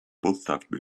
postawił